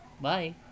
Bye